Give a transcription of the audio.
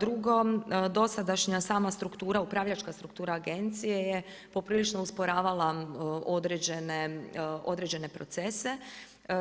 Drugo, dosadašnja sama struktura, upravljačka struktura agencije je poprilično usporavala određene procese,